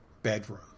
bedroom